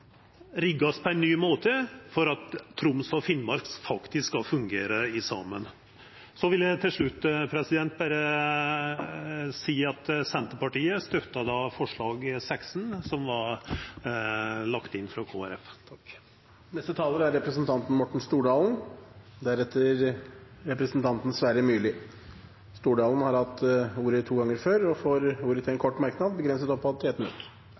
oss på ein ny måte for at Troms og Finnmark faktisk skal fungera saman. Eg vil til slutt berre seia at Senterpartiet støttar forslag nr. 16, frå Kristeleg Folkeparti. Representanten Morten Stordalen har hatt ordet to ganger tidligere og får ordet til en kort merknad, begrenset til 1 minutt.